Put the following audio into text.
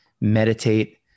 meditate